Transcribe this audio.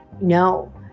no